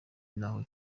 n’aho